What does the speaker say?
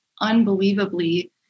unbelievably